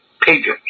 pages